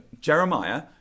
Jeremiah